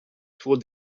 toward